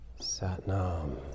Satnam